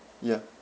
ya